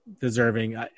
deserving